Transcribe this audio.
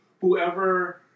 whoever